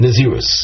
Nazirus